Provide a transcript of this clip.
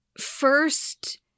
first